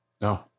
No